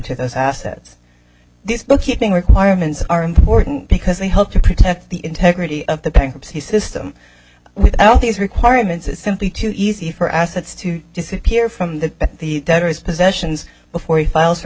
to those assets these bookkeeping requirements are important because they help to protect the integrity of the bankruptcy system without these requirements it's simply too easy for assets to disappear from the possessions before he files for